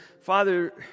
Father